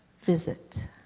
visit